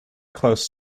close